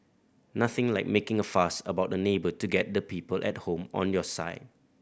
nothing like making a fuss about a neighbour to get the people at home on your side